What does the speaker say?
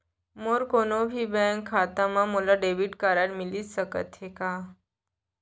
मोर कोनो भी बैंक खाता मा मोला डेबिट कारड मिलिस सकत हे का?